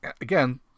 again